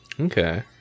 okay